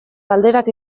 galderak